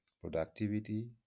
productivity